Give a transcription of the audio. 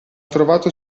trovato